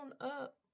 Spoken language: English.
up